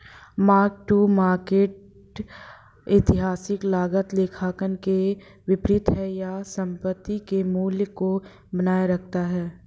mark to market ऐतिहासिक लागत लेखांकन के विपरीत है यह संपत्ति के मूल्य को बनाए रखता है